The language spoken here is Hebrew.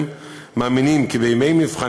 מאמינים כי בימי מבחן,